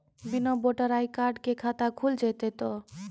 बिना voter ID card के खाता खुल जैते तो?